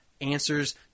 answers